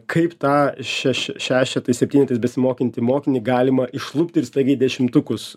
kaip tą šeš šešetais septynetais besimokantį mokinį galima išlupti ir staigiai į dešimtukus